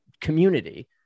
community